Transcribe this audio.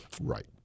Right